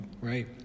right